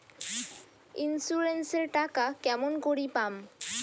Insurance এর টাকা কেমন করি পাম?